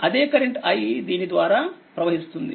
అదే current i దీని ద్వారా ప్రవహిస్తుంది